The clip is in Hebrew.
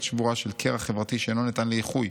שבורה של קרע חברתי שאינו ניתן לאיחוי.